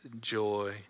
joy